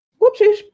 Whoopsies